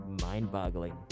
mind-boggling